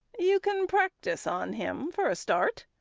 you can practise on him for a start.